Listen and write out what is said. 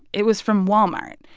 it was from walmart.